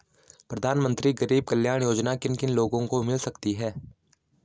प्रधानमंत्री गरीब कल्याण योजना किन किन लोगों को मिल सकती है?